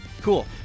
cool